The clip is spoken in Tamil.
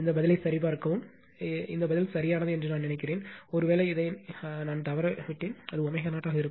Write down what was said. இந்த பதிலைச் சரிபார்க்கவும் இந்த பதில் சரியானது என்று நான் நினைக்கிறேன் ஒருவேளை இதை நான் தவறவிட்டேன் அது ω0 ஆக இருக்கும்